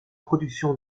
production